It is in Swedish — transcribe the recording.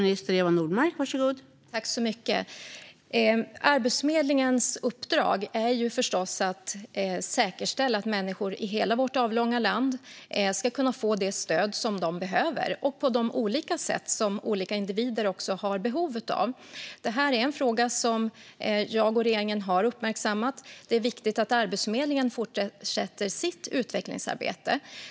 Fru talman! Arbetsförmedlingens uppdrag är förstås att säkerställa att människor i hela vårt avlånga land ska få det stöd de behöver och på de olika sätt som olika individer har behov av. Det här är en fråga som jag och regeringen har uppmärksammat. Det är viktigt att Arbetsförmedlingen fortsätter sitt utvecklingsarbete.